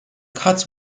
cuts